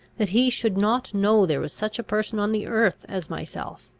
that he should not know there was such a person on the earth as myself,